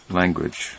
language